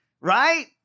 right